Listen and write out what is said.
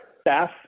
staff